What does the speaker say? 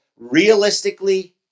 Realistically